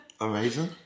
Amazing